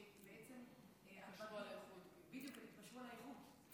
שבעצם, התפשרו על איכות.